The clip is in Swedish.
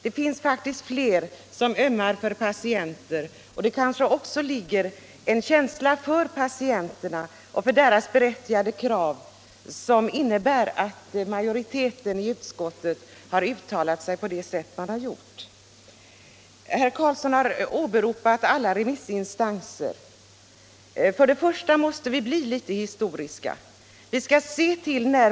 Det finns faktiskt fler som ömmar för patienterna, och det ligger kanske också en känsla för dessa och för deras berättigade krav bakom det förhållandet att majoriteten i utskottet har uttalat sig såsom den gjort. Herr Carlsson har åberopat alla remissinstanser. Men vi måste i detta sammanhang se något på historieskrivningen.